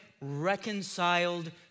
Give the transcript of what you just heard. reconciled